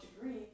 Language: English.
degree